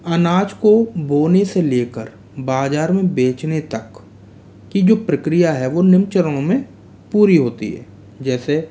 अनाज को बोने से लेकर बाजार में बेचने तक की जो प्रक्रिया है वो निम्न चरणों में पूरी होती है जैसे